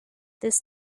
this